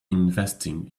investing